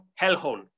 hellhole